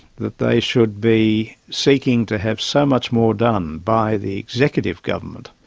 that they should be seeking to have so much more done by the executive government.